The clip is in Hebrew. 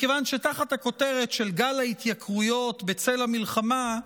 מכיוון שתחת הכותרת של גל ההתייקרויות בצל המלחמה,